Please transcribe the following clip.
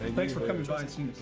thanks for coming by.